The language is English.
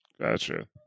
Gotcha